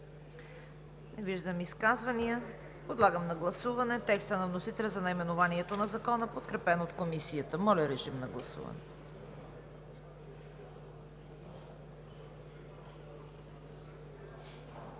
виждам изказвания. Подлагам на гласуване текста на вносителя за наименованието на Закона, подкрепен от Комисията. Гласували